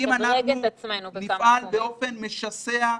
אם אנחנו נפעל באופן משסע,